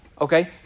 Okay